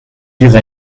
wäre